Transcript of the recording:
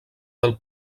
del